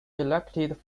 elected